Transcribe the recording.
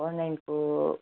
one नाइटको